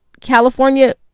California